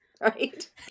Right